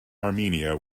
armenia